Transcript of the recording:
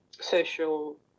social